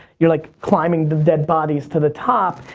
you're like climbing the dead bodies to the top.